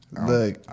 Look